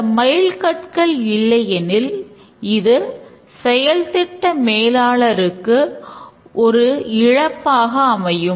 இந்த மைல்கற்கள் இல்லையெனில் அது செயல்திட்ட மேலாளருக்கு ஒரு இழப்பாக அமையும்